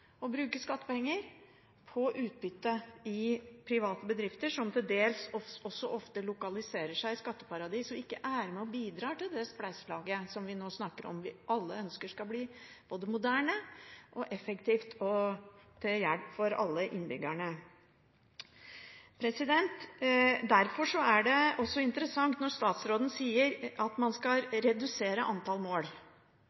bruke skattepenger på utbytte i private bedrifter, som til dels ofte også lokaliserer seg i skatteparadiser og ikke er med og bidrar til det spleiselaget som vi nå snakker om, og som vi alle ønsker skal bli både moderne, effektivt og til hjelp for alle innbyggerne. Når statsråden sier at man skal redusere antall mål, er det derfor interessant å diskutere hvilke mål som skal